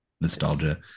Nostalgia